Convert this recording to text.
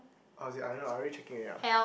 oh is it I don't know I already checking it ya